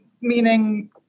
meaning